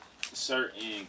certain